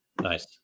Nice